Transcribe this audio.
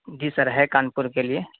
جی sir ہے کانپور کے لیے